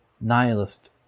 nihilist